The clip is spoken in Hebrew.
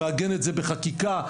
מעגן את זה בחקיקה.